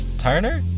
turner.